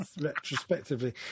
retrospectively